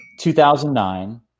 2009